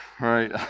right